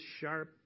sharp